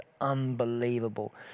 unbelievable